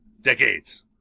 decades